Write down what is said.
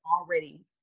already